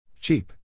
Cheap